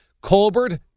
Colbert